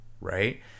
right